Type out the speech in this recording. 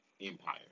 empire